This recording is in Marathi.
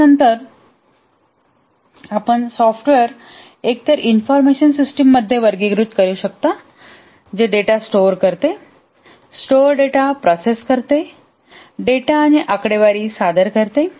परंतु नंतर आपण सॉफ्टवेअर एकतर इन्फॉर्मेशन सिस्टममध्ये वर्गीकृत करू शकता जे डेटा स्टोअर करते स्टोअर डेटा प्रोसेस करते डेटा आणि आकडेवारी सादर करते